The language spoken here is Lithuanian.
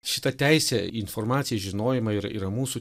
šita teisė į informaciją į žinojimą ir yra mūsų